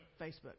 Facebook